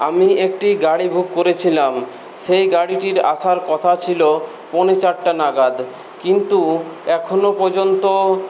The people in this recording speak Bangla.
আমি একটি গাড়ি বুক করেছিলাম সেই গাড়িটির আসার কথা ছিল পৌনে চারটে নাগাদ কিন্তু এখনো পর্যন্ত